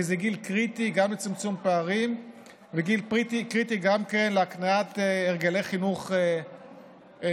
כי זה גיל קריטי גם לצמצום פערים וגם להקניית הרגלי חינוך מיידיים.